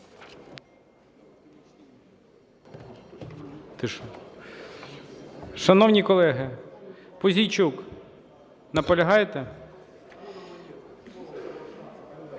Шановні колеги... Пузійчук, наполягаєте?